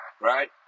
right